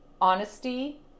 honesty